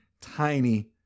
tiny